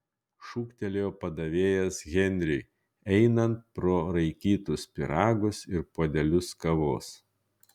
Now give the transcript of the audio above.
šūktelėjo pardavėjas henriui einant pro raikytus pyragus ir puodelius kavos